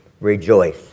rejoice